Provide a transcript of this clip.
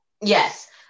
Yes